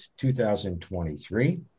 2023